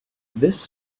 this